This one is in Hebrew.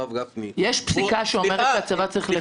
הרב גפני --- יש פסיקה שאומרת שהצבא צריך לפנות?